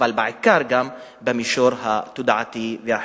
אבל בעיקר גם במישור התודעתי והחינוכי.